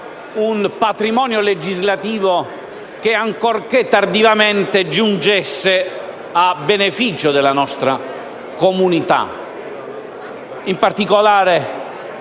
un patrimonio legislativo che, ancorché tardivamente, giungesse a beneficio della nostra comunità. In particolare,